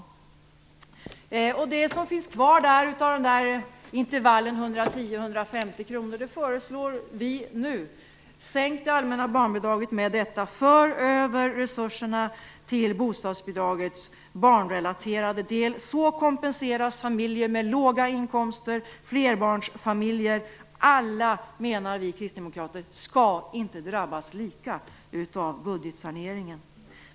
Vi föreslår att det som finns kvar i intervallet 110 150 kr skall användas för att sänka det allmänna barnbidraget och att resurserna skall föras över till bostadsbidragets barnrelaterade del. På det sättet kompenseras familjer med låga inkomster och flerbarnsfamiljer. Vi kristdemokrater menar att alla inte skall drabbas lika av budgetsaneringen.